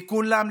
לכולם,